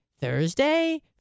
Thursday